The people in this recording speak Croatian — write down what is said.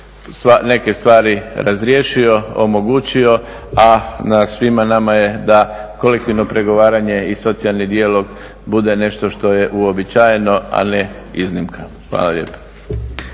neke stvari razriješio, omogućio, a na svima nama je da kolektivno pregovaranje i socijalni dijalog bude nešto što je uobičajeno, a ne iznimka. Hvala lijepa.